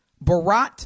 Barat